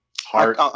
Heart